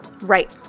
Right